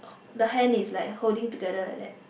the hands is like holding together like that